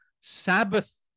Sabbath